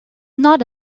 not